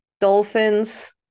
dolphins